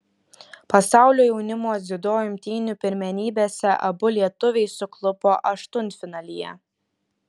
pasaulio jaunimo dziudo imtynių pirmenybėse abu lietuviai suklupo aštuntfinalyje